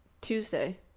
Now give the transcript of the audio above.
Tuesday